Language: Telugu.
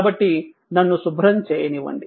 కాబట్టి నన్ను శుభ్రం చేయనివ్వండి